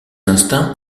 instincts